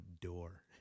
door